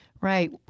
Right